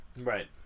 Right